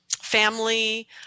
Family